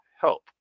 help